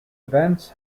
events